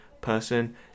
person